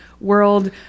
world